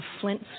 flint